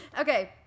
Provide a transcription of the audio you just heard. Okay